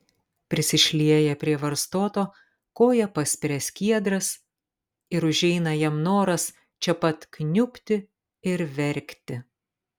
prisišlieja prie varstoto koja paspiria skiedras ir užeina jam noras čia pat kniubti ir verkti